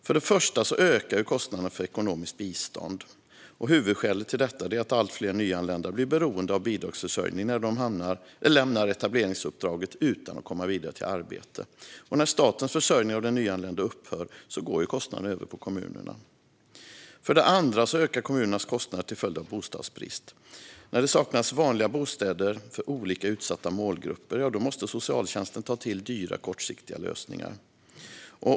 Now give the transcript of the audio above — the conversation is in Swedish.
För det första ökar kostnaderna för ekonomiskt bistånd. Huvudskälet är att allt fler nyanlända blir beroende av bidragsförsörjning när de lämnar etableringsuppdraget utan att komma vidare till arbete. När statens försörjning av den nyanlände upphör går kostnaderna över på kommunerna. För det andra ökar kommunernas kostnader till följd av bostadsbrist. När det saknas vanliga bostäder för olika utsatta målgrupper måste socialtjänsten ta till dyra kortsiktiga bostadslösningar.